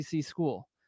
school